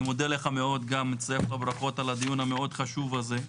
אני מודה לך מאוד וגם מצטרף לברכות על הדיון החשוב הזה.